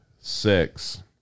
six